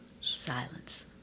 silence